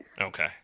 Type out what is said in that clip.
Okay